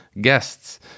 guests